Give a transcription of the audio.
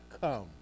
come